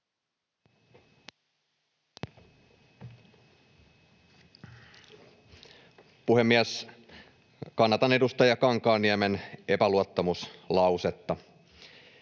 Puhemies! Kannatan edustaja Kankaanniemen epäluottamuslausetta.